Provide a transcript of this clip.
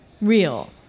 real